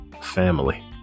family